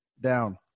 down